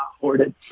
hoarded